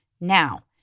Now